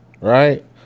right